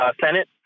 Senate